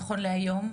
נכון להיום,